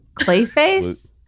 Clayface